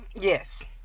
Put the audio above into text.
Yes